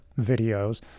videos